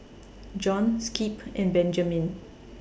Jon Skip and Benjamine